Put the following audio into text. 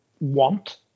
want